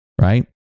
Right